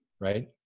right